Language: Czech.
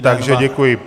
Takže děkuji.